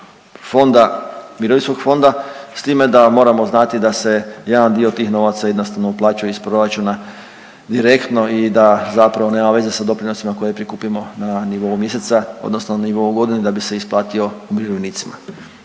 mirovinskog fonda, s time da moramo znati da se jedan dio tih novaca jednostavno uplaćuje iz proračuna direktno i da zapravo nema veze s doprinosima koje prikupimo na nivou mjeseca, odnosno na nivou godine, da bi se isplatio umirovljenicima.